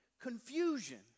confusion